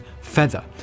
feather